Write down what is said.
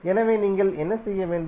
எனவே நீங்கள் என்ன செய்ய வேண்டும்